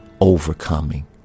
Overcoming